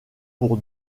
pour